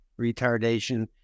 retardation